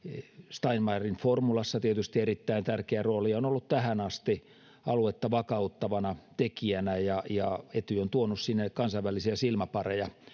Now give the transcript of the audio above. steinmeierin formulassa tietysti erittäin tärkeä rooli ja se on ollut tähän asti aluetta vakauttavana tekijänä etyj on tuonut kansainvälisiä silmäpareja sinne